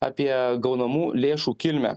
apie gaunamų lėšų kilmę